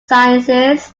sciences